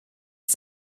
was